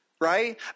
right